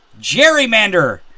gerrymander